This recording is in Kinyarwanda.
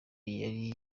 yari